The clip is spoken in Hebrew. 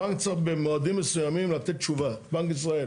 הבנק צריך במועדים מסוימים לתת תשובה, בנק ישראל